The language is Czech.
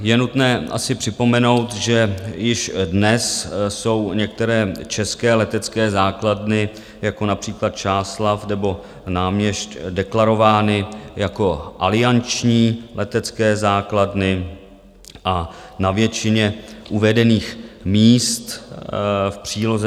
Je nutné asi připomenout, že již dnes jsou některé české letecké základny, jako například Čáslav nebo Náměšť, deklarovány jako alianční letecké základny a na většině míst uvedených v příloze